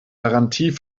garantie